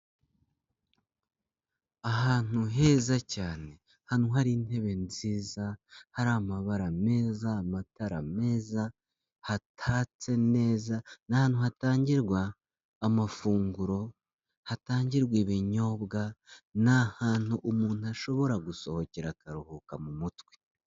Ahantu heza cyane, ahantu hari intebe nziza, hari amabara meza, amatara meza, hatatse neza, ni ahantu hatangirwa amafunguro, hatangirwa ibinyobwa, ni ahantu umuntu ashobora gusohokera akaruhuka mu mutwe.